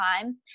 time